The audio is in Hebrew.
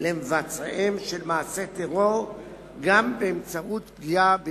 למבצעים של מעשי טרור גם באמצעות פגיעה ברכושם.